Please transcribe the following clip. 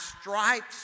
stripes